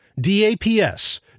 DAPS